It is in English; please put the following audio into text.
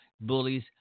Bullies